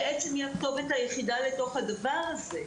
בעצם, היא הכתובת היחידה לתוך הדבר הזה,